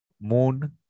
moon